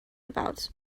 about